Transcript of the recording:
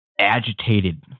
agitated